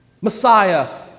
Messiah